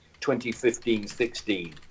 2015-16